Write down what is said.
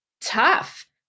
tough